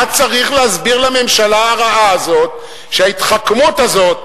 אתה צריך להסביר לממשלה הרעה הזאת שההתחכמות הזאת,